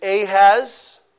Ahaz